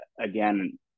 again